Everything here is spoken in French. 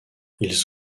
ils